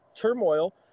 turmoil